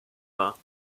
war